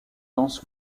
danse